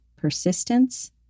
persistence